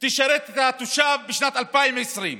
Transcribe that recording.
תשרת את התושב בשנת 2020?